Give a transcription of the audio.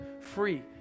free